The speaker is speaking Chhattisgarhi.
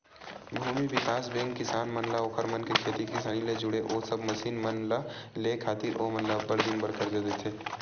भूमि बिकास बेंक किसान मन ला ओखर मन के खेती किसानी ले जुड़े ओ सब मसीन मन ल लेय खातिर ओमन ल अब्बड़ दिन बर करजा देथे